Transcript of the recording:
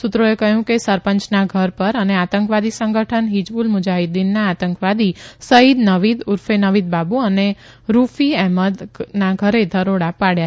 સૂત્રોએ કહ્યં કે સર ં યના ઘર ર અને આતંકવાદી સંગઠન હિજબુલ મુજાહીદ્દીનના આતંકવાદી સઇદ નવીદ ઉર્ફે નવીદ બાબુ અને રૂફી અહેમદના ઘરે દરોડા ભાડ્યા